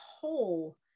whole